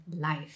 life